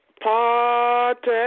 party